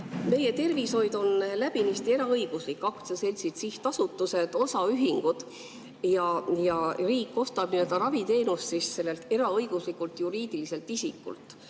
hull. Meie tervishoid on läbinisti eraõiguslik: aktsiaseltsid, sihtasutused, osaühingud. Ja riik ostab raviteenust sellelt eraõiguslikult juriidiliselt isikult.